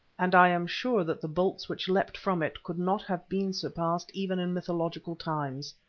and i am sure that the bolts which leapt from it could not have been surpassed even in mythological times.